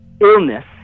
illness